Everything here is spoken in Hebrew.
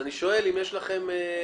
אני שואל אם יש לכם עמדה.